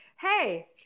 hey